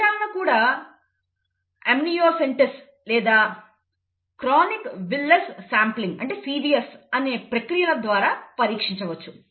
పిండాలను కూడా అమ్నియోసెంటెసిస్ లేదా chorionic villus sampling అనే ప్రక్రియల ద్వారా పరీక్షించవచ్చు